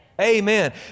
Amen